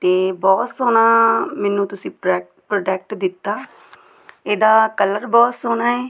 ਅਤੇ ਬਹੁਤ ਸੋਹਣਾ ਮੈਨੂੰ ਤੁਸੀਂ ਪਰੈ ਪ੍ਰੋਡਕਟ ਦਿੱਤਾ ਇਹਦਾ ਕਲਰ ਬਹੁਤ ਸੋਹਣਾ ਹੈ